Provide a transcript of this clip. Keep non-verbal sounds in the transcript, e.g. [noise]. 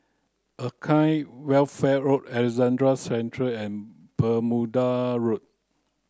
Acacia Welfare [unintelligible] Alexandra Central and Bermuda Road